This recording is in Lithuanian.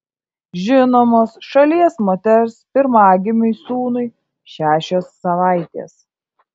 žinomos šalies moters pirmagimiui sūnui šešios savaitės